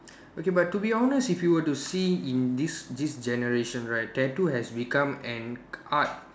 okay but to be honest if you were to see in this this generation right tattoo has become an art